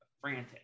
frantic